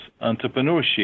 entrepreneurship